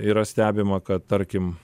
yra stebima kad tarkim